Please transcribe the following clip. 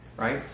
Right